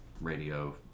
radio